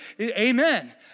amen